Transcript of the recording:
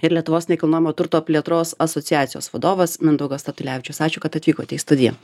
ir lietuvos nekilnojamo turto plėtros asociacijos vadovas mindaugas statulevičius ačiū kad atvykote į studiją